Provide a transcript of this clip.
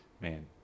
Man